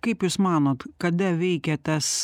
kaip jūs manot kada veikia tas